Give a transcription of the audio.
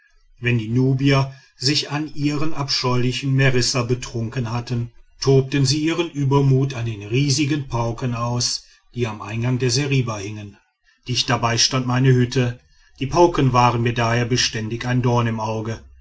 wenn die nubier sich an ihrer abscheulichen merissa betrunken hatten tobten sie ihren übermut an den riesigen pauken aus die am eingang der seriba hingen dicht dabei stand meine hütte die pauken waren mir daher beständig ein dorn im auge